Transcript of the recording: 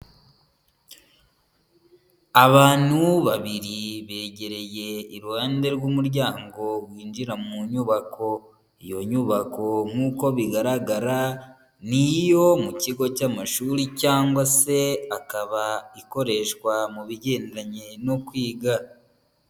Abantu babiri begereye iruhande rw'umuryango winjira mu nyubako. Iyo nyubako nk'uko bigaragara, ni iyo mu kigo cy'amashuri cyangwa se akaba ikoreshwa mu bigendanye no kwiga.